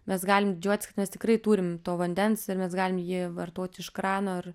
mes galim didžiuotis kad mes tikrai turim to vandens ir mes galim jį vartoti iš krano ir